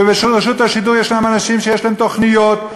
וברשות השידור יש אנשים שיש להם תוכניות,